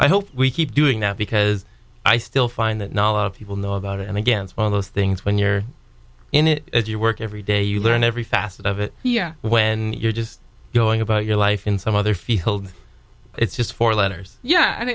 i hope we keep doing that because i still find that knowledge of people know about it and against one of those things when you're in it as you work every day you learn every facet of it yeah but when you're just going about your life in some other field it's just four letters yeah